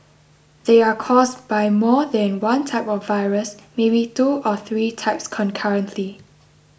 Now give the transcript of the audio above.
they are caused by more than one type of virus maybe two or three types concurrently